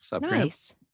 Nice